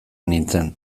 nintzen